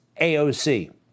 AOC